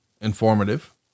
informative